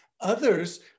Others